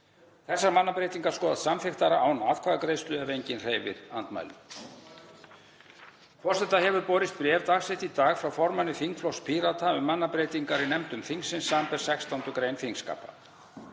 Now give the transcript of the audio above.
Þessar mannabreytingar skoðast samþykktar án atkvæðagreiðslu ef enginn hreyfir andmælum. Forseta hefur borist bréf, dagsett í dag, frá formanni þingflokks Pírata um mannabreytingar í nefndum þingsins, samanber 16. gr. þingskapa: